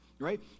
Right